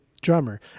drummer